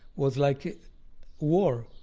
was like a war.